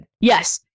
Yes